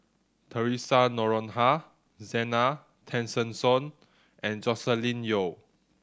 Theresa Noronha Zena Tessensohn and Joscelin Yeo